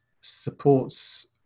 supports